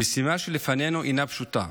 המשימה שלפנינו אינה פשוטה,